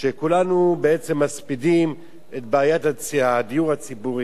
שכולנו בעצם מספידים את בעיית הדיור הציבורי,